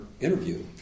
interview